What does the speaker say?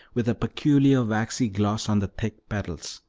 with a peculiar waxy gloss on the thick petals,